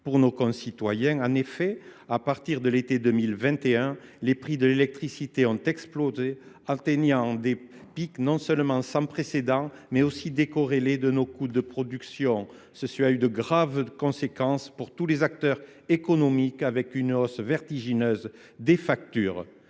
tous nos concitoyens. En effet, à partir de l’été 2021, les prix de l’électricité ont explosé, atteignant des pics non seulement sans précédent, mais décorrélés de nos coûts de production. Cette situation a entraîné de graves conséquences pour tous les acteurs économiques, à commencer par une hausse vertigineuse des factures.